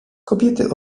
kobiety